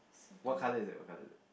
what colour is it what colour is it